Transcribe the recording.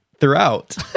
throughout